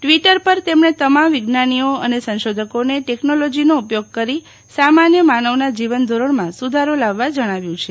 Twitter પર તેમણે તમામ વિજ્ઞાનીઓ અને સંશોધકોને ટેકનોલોજીનો ઉપયોગ કરી સામાન્ય માનવના જીવન ધોરણમાં સુધારો લાવવા જણાવ્યું છે